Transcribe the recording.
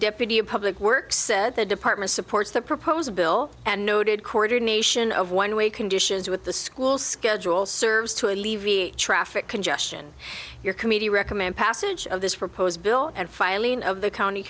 deputy of public works said the department supports the proposed bill and noted coordination of one way conditions with the school schedule serves to alleviate traffic congestion your committee recommend passage of this proposed bill and filing of the county